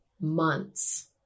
months